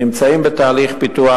נמצאים בתהליך פיתוח,